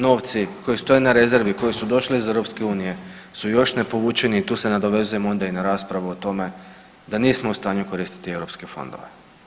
Novci koji stoje na rezervi, koji su došli iz Europske unije su još nepovučeni i tu se nadovezujem i onda i na raspravu o tome da nismo u stanju koristiti europske fondove.